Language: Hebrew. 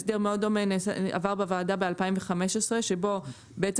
הסדר מאוד דומה עבר בוועדה ב-2015 שבו בעצם